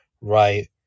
right